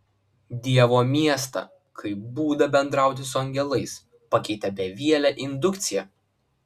dievo miestą kaip būdą bendrauti su angelais pakeitė bevielė indukcija